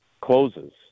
closes